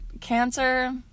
Cancer